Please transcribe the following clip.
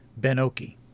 Benoki